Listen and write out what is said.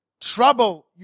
Trouble